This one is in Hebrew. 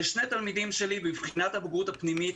לשני תלמידים שלי בבחינת הבגרות הפנימית,